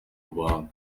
umuhanga